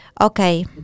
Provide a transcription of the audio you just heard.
Okay